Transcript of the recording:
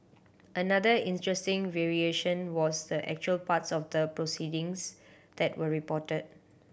another interesting variation was the actual parts of the proceedings that were reported